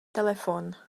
telefon